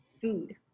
food